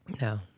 No